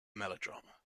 melodrama